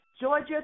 Georgia